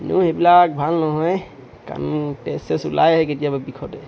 এনেও সেইবিলাক ভাল নহয়ে কাণ তেজ চেজ ওলাই আহে কেতিয়াবা বিষতে